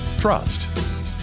Trust